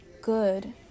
good